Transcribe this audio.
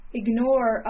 ignore